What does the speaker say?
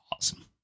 awesome